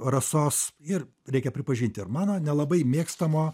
rasos ir reikia pripažint ir mano nelabai mėgstamo